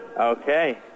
Okay